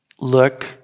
look